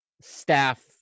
staff